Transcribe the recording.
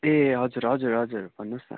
ए हजुर हजुर हजुर भन्नु होस् न